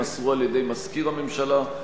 יימסרו על-ידי מזכיר הממשלה.